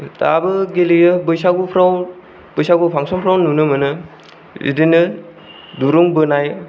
दाबो गेलेयो बैसागुफ्राव बैसागु फांशन फ्राव नुनो मोनो बिदिनो दुरुं बोनाय